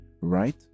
right